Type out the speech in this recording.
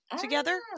together